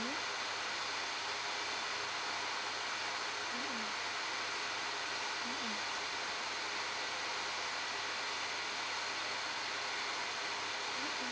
mm mm mm